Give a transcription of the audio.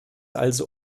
also